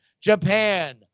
Japan